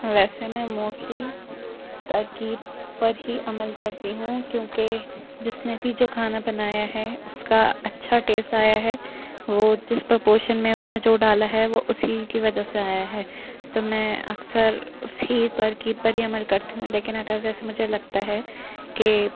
ویسے میں موسٹلی ترکیب پر ہی عمل کرتی ہوں کیونکہ جس نے بھی جو کھانا بنایا ہے اس کا اچھا ٹیسٹ آیا ہے وہ جس پرپویشن میں اس نے جو ڈالا ہے وہ اسی کی وجہ سے آیا ہے تو میں اکثر اسی ترکیب پر ہی عمل کرتی ہوں لیکن اگر جیسے مجھے لگتا ہے کہ